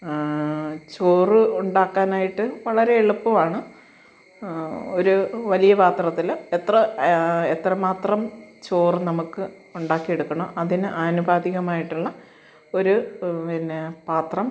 ചോറ് ഉണ്ടാക്കാനായിട്ടു വളരെ എളുപ്പമാണ് ഒരു വലിയ പാത്രത്തിൽ എത്ര എത്ര മാത്രം ചോറ് നമുക്ക് ഉണ്ടാക്കി എടുക്കണോ അതിന് ആനുപാതികമായിട്ടുള്ള ഒരു പിന്നെ പാത്രം